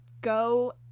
go